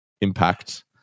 impact